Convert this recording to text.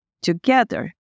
together